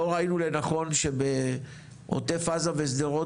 לא ראינו לנכון שבעוטף עזה ושדרות